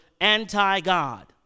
anti-God